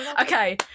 okay